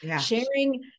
sharing